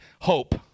hope